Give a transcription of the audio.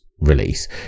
release